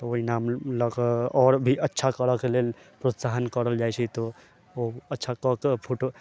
तऽ ओइ नाम लैके आओर भी अच्छा करके लेल प्रोत्साहन करल जाइ छै तऽ ओ अच्छा कऽके फुट